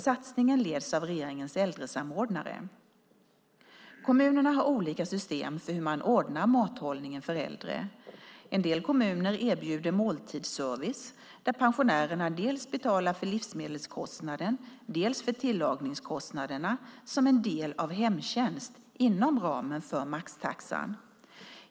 Satsningen leds av regeringens äldresamordnare. Kommunerna har olika system för hur man ordnar mathållningen för äldre. En del kommuner erbjuder måltidsservice där pensionärerna dels betalar för livsmedelskostnaden, dels för tillagningskostnaderna som en del av hemtjänst inom ramen för maxtaxan.